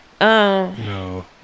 No